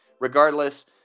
regardless